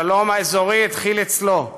השלום האזורי התחיל אצלו.